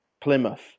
Plymouth